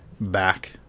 back